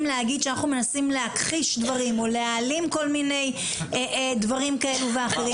להגיד שאנחנו מנסים להכחיש דברים או להעלים כל מיני דברים כאלו ואחרים.